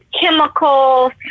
chemicals